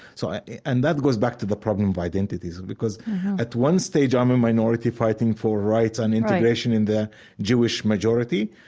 so and that goes back to the problem of identities because at one stage i'm a minority fighting for rights and integration in the jewish majority.